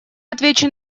отвечу